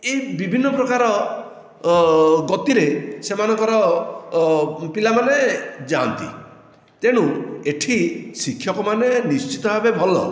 ଏହି ବିଭିନ୍ନ ପ୍ରକାର ଗତିରେ ସେମାନଙ୍କର ପିଲାମାନେ ଯାଆନ୍ତି ତେଣୁ ଏଠି ଶିକ୍ଷକମାନେ ନିଶ୍ଚିତ ଭାବେ ଭଲ